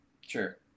Sure